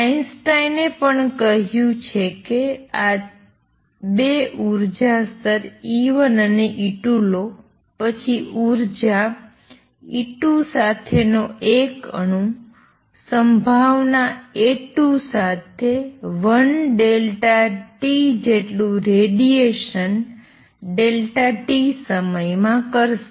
આઈન્સ્ટાઇને પણ કહ્યું છે કે આ ૨ ઉર્જા સ્તર E1 અને E2 લો પછી ઉર્જા E2 સાથેનો એક અણુ સંભાવના A2 સાથે 1∆t જેટલું રેડિએશન ∆t સમય માં કરશે